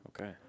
Okay